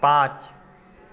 पांच